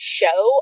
show